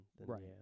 right